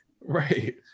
Right